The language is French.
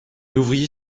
ouvrier